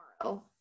tomorrow